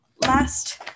last